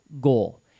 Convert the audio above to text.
goal